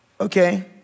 okay